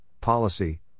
policy